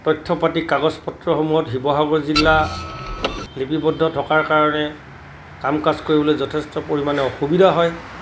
তথ্য পাতি কাগজ পত্ৰসমূহত শিৱসাগৰ জিলা লিপিবদ্ধ থকাৰ কাৰণে কাম কাজ কৰিবলৈ যথেষ্ট পৰিমাণে অসুবিধা হয়